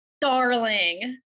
darling